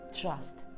Trust